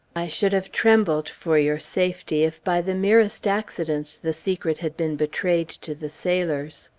i should have trembled for your safety if by the merest accident the secret had been betrayed to the sailors.